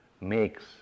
makes